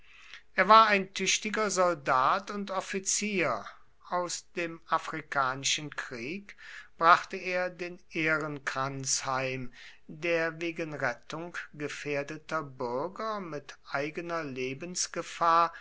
er war ein tüchtiger soldat und offizier aus dem afrikanischen krieg brachte er den ehrenkranz heim der wegen rettung gefährdeter bürger mit eigener lebensgefahr